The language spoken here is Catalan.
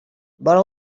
vora